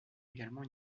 également